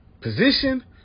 position